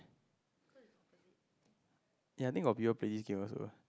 yeah I think got people play this game also